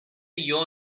you